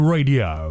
Radio